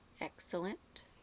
Excellent